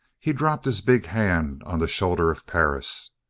he dropped his big hand on the shoulder of perris.